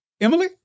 Emily